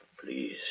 please